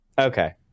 Okay